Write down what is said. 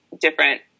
different